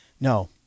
No